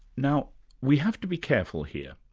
now we have to be careful here.